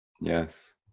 Yes